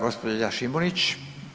Gospođa Šimunić.